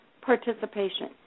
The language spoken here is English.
participation